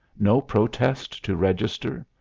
no protest to register?